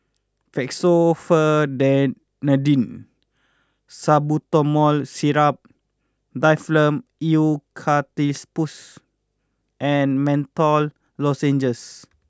Fexofenadine Salbutamol Syrup Difflam Eucalyptus and Menthol Lozenges